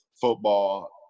football